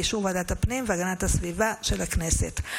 באישור ועדת הפנים והגנת הסביבה של הכנסת,